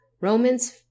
Romans